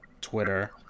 Twitter